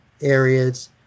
areas